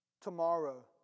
Tomorrow